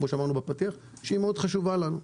שהיא חשובה לנו מאוד,